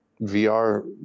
VR